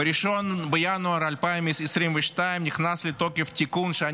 ב-1 בינואר 2022 נכנס לתוקף תיקון לחוק,